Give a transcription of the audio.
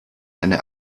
eine